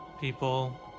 people